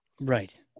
Right